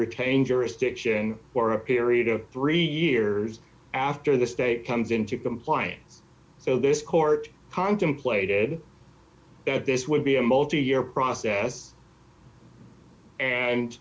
retain jurisdiction for a period of three years after the state comes into compliance so this court contemplated that this would be a multi year process and